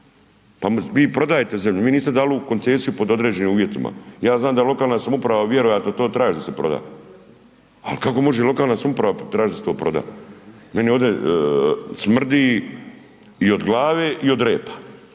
Pa vi prodajte zemlju, vi niste dali u koncesiju pod određenim uvjetima. Ja znam da lokalna samouprava vjerojatno to traži da se proda ali kako može lokalna samouprava tražiti da se to proda? Meni ovdje smrdi i od glave i od repa